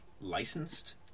licensed